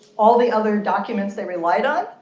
all the other documents they relied on,